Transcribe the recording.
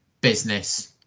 business